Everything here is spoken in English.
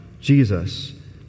Jesus